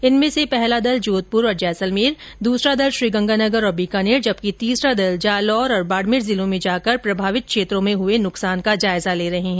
इनमें से पहला दल जोधपुर तथा जैसलमेर दूसरा दल श्रीगंगानगर तथा बीकानेर जबकि तीसरा दल जालौर तथा बाड़मेर जिलों में जाकर प्रभावित क्षेत्रों में हुए नुकसान का जायजा ले रहे है